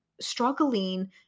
struggling